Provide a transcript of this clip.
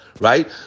Right